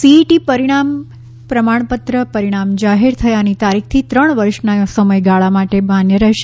CET પરિણામ પ્રમાણપત્ર પરિણામ જાહેર થયાની તારીખથી ત્રણ વર્ષના સમયગાળા માટે માન્ય રહેશે